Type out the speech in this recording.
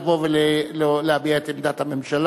לבוא ולהביע את עמדת הממשלה,